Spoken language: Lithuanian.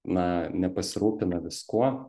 na nepasirūpina viskuo